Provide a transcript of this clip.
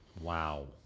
Wow